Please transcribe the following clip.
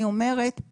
אני אומרת,